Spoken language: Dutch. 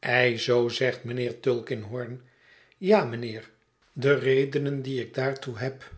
ei zoo zegt mijnheer tulkinghorn ja mijnheer de redenen die ik daartoe heb